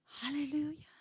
Hallelujah